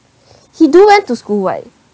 he do went to school [what]